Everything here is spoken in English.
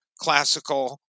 classical